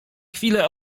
chwilę